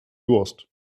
durst